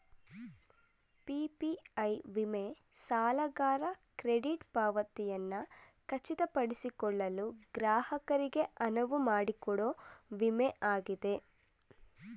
PPI ವಿಮೆ ಸಾಲಗಾರ credit ಪಾವತಿಯನ್ನ ಖಚಿತಪಡಿಸಿಕೊಳ್ಳಲು ಗ್ರಾಹಕರಿಗೆ ಅನುವುಮಾಡಿಕೊಡೊ ವಿಮೆ ಆಗಿದೆ